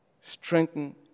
strengthen